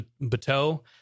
Bateau